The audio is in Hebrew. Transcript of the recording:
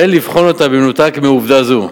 ואין לבחון אותה במנותק מעובדה זו.